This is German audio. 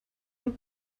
und